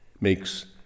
makes